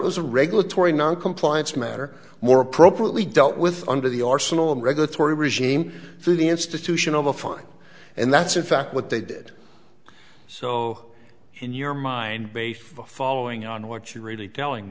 a regulatory noncompliance matter more appropriately dealt with under the arsenal and regulatory regime through the institution of a fine and that's in fact what they did so in your mind based a following on what you really telling